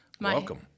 Welcome